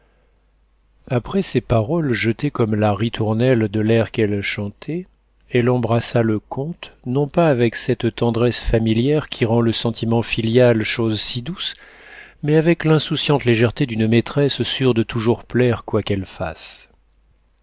après ces paroles jetées comme la ritournelle de l'air qu'elle chantait elle embrassa le comte non pas avec cette tendresse familière qui rend le sentiment filial chose si douce mais avec l'insouciante légèreté d'une maîtresse sûre de toujours plaire quoi qu'elle fasse